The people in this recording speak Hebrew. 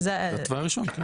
התוואי הראשון כן.